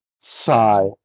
Sigh